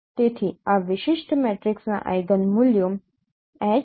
તેથી આ વિશિષ્ટ મેટ્રિક્સના આઇગન મૂલ્યો